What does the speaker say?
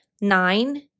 Nine